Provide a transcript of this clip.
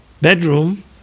bedroom